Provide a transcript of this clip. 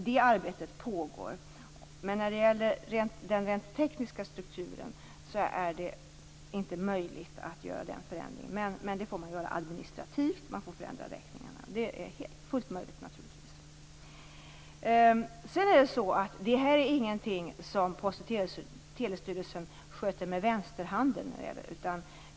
Detta arbete pågår, men när det gäller den rent tekniska strukturen är det inte möjligt att göra denna förändring. Man får gör det administrativt och förändra räkningarna. Det är naturligtvis fullt möjligt. Sedan är det här ingenting som Post och telestyrelsen sköter med vänsterhanden.